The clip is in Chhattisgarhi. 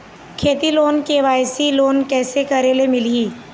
खेती लोन के.वाई.सी लोन कइसे करे ले मिलही?